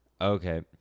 Okay